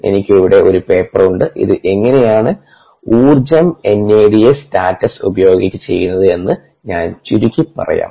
എനിക്ക് ഇവിടെ ഒരു പേപ്പർ ഉണ്ട് ഇത് എങ്ങനെയാണ് ഊർജ്ജം NADH സ്റ്റാറ്റസ് ഉപയോഗിച്ച് ചെയ്യുന്നത് എന്ന് ഞാൻ ചുരുക്കി പറയാം